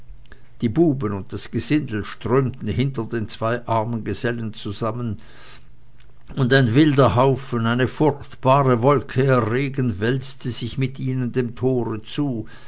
die buben und das gesindel strömten hinter den zwei armen gesellen zusammen und ein wilder haufen eine furchtbare wolke erregend wälzte sich mit ihnen dem tore zu